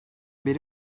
beri